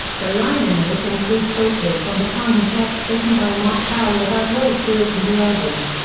the liner notes include photos from the time and text written by mark powell about oldfield and the album.